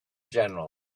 general